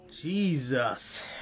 jesus